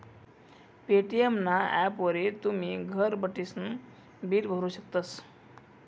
Paytm ना ॲपवरी तुमी घर बठीसन बिल भरू शकतस